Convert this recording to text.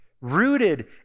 Rooted